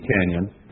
canyon